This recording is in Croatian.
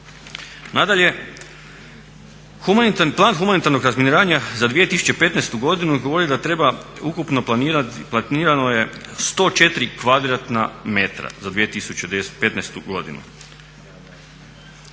Nadalje, plan humanitarnog razminiravanja za 2015. godinu govori da treba ukupno planirati i planirano je 104 kvadratna metra za 2015. godinu.